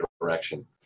direction